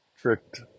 tricked